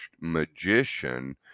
magician